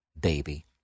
baby